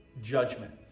judgment